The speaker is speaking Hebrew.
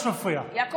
יעקב מרגי,